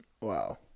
wow